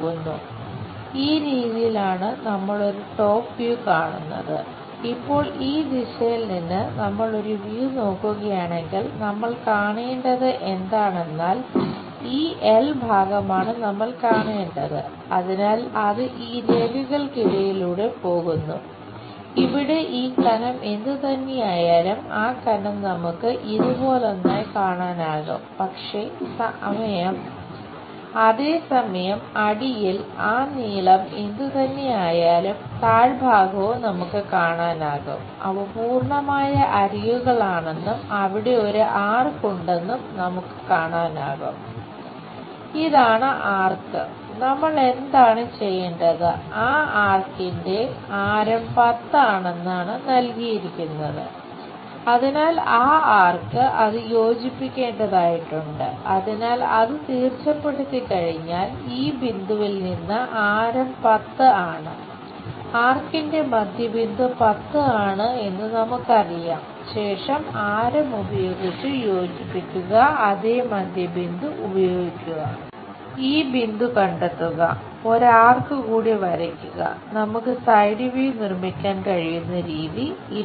ഉണ്ടെന്നും നമുക്ക് കാണാനാകും ഇതാണ് ആർക്ക് നിർമ്മിക്കാൻ കഴിയുന്ന രീതി ഇതാണ്